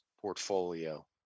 portfolio